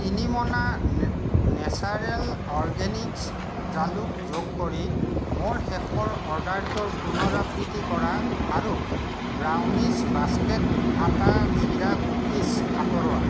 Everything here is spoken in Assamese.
তিনি মোনা নে নেচাৰল অৰগেনিকচ জালুক যোগ কৰি মোৰ শেষৰ অৰ্ডাৰটোৰ পুনৰাবৃত্তি কৰা আৰু ব্ৰাউনিছ বাস্কেট আটা জিৰা কুকিছ আঁতৰোৱা